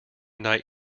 night